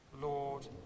Lord